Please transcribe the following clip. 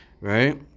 right